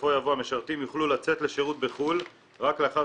בסופו יבוא 'המשרתים יוכלו לצאת לשירות בחו"ל רק לאחר